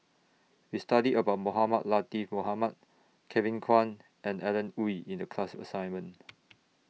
We studied about Mohamed Latiff Mohamed Kevin Kwan and Alan Oei in The class assignment